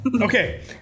Okay